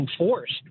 enforced